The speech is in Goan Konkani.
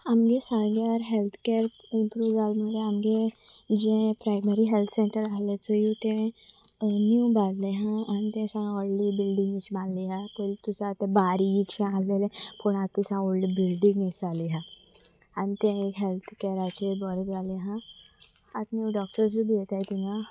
आमच्या सांग्यार हेल्थ कॅअर इंप्रूव जाले म्हणल्यार आमचें जें प्रायमरी हॅल्थ सेंटर आसलें चोय तें न्यूव बांदलें आसा आनी तें सा व्हडलें बिल्डींग बांदले आसा पयलीं तुजो ते बारीकशें आसलेलें पूण आतां तें सा व्हडलीं बिल्डींग अशी जाले आसा आनी तें एक हेल्थ कॅअराचेर बरें जाले आसा आतां न्यूव डॉक्टर्सूय बी येताय थंय